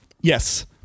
Yes